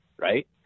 Right